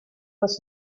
was